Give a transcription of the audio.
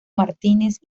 martínez